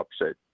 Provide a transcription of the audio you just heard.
upset